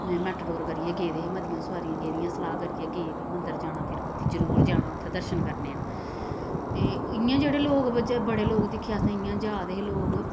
Matador करियै गेदे हे मतियां सोआारियां गेदियां सलाह् करियै गे मंदर जाना तिरुपति जरूर जाना उत्थै दर्शन करने न ते इ'यां जेह्ड़े लोक बिच्च बड़े लोक दिक्खे अस इ'यां जा दे हे लोक